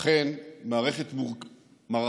אכן, מערכה מורכבת,